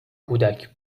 کودک